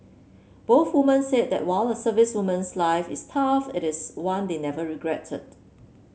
both woman said that while a servicewoman's life is tough it is one they never regretted